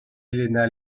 elena